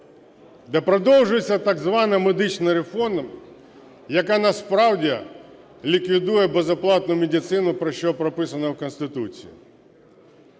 Де продовжується так звана медична реформа, яка насправді ліквідує безоплатну медицину, про що прописано в Конституції.